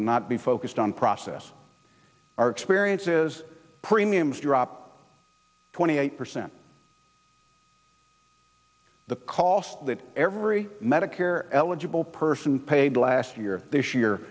and not be focused on process our experiences premiums drop twenty eight percent the cost that every medicare eligible person paid last year this year